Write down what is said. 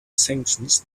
sanctions